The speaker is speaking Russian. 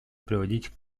приводить